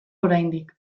oraindik